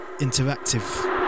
interactive